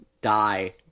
die